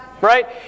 Right